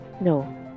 No